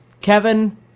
Kevin